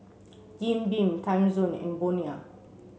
Jim Beam Timezone and Bonia